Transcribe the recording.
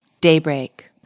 daybreak